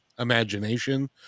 imagination